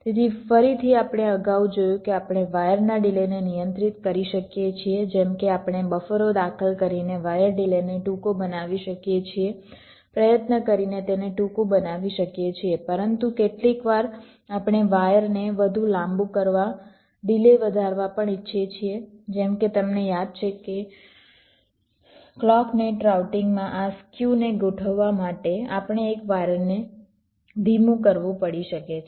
તેથી ફરીથી આપણે અગાઉ જોયું કે આપણે વાયરના ડિલેને નિયંત્રિત કરી શકીએ છીએ જેમ કે આપણે બફરો દાખલ કરીને વાયર ડિલેને ટૂંકો બનાવી શકીએ છીએ પ્રયત્ન કરીને તેને ટૂંકું બનાવી શકીએ છીએ પરંતુ કેટલીકવાર આપણે વાયરને વધુ લાંબુ કરવા ડિલે વધારવા પણ ઈચ્છીએ છીએ જેમ કે તમને યાદ છે ક્લૉક નેટ રાઉટિંગમાં આ સ્ક્યુને ગોઠવવા માટે આપણે એક વાયરને ધીમું કરવું પડી શકે છે